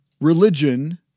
religion